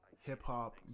hip-hop